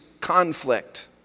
conflict